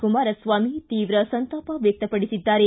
ಕುಮಾರಸ್ವಾಮಿ ತೀವ್ರ ಸಂತಾಪ ವ್ಯಕ್ತಪಡಿಸಿದ್ದಾರೆ